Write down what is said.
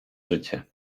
życie